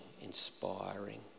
inspiring